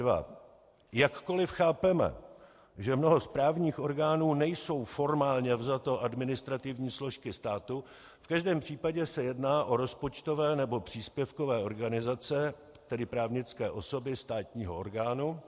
1.2 Jakkoliv chápeme, že mnoho správních orgánů nejsou formálně vzato administrativní složky státu, v každém případě se jedná o rozpočtové nebo příspěvkové organizace, tedy právnické osoby státního orgánu.